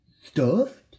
stuffed